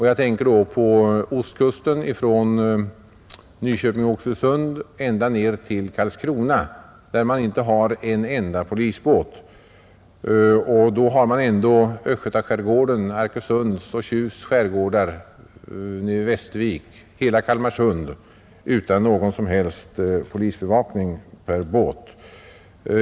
Jag tänker då på ostkusten; från Nyköping—Oxelösund ända till Karlskrona finns inte en enda polisbåt, vilket innebär att Östgötaskärgården, Arkösunds och Tjusts skärgårdar, Västerviks skärgård och hela Kalmarsund inte har någon som helst polisbevakning per båt.